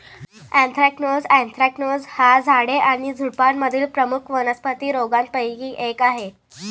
anthracnose anthracnose हा झाडे आणि झुडुपांमधील प्रमुख वनस्पती रोगांपैकी एक आहे